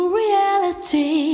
reality